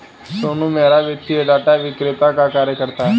सोनू मेहरा वित्तीय डाटा विक्रेता का कार्य करता है